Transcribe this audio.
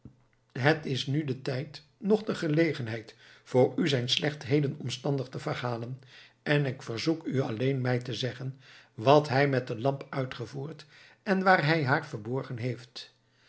het is er nu de tijd noch de gelegenheid voor u zijn slechtheden omstandig te verhalen en ik verzoek u alleen mij te zeggen wat hij met de lamp uitgevoerd en waar hij haar verborgen heeft